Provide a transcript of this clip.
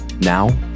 now